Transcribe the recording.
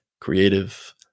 Creative